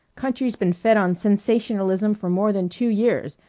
country's been fed on sensationalism for more than two years.